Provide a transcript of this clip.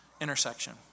intersection